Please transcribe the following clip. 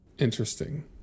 Interesting